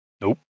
Nope